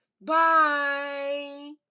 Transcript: Bye